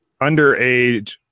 underage